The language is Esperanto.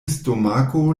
stomako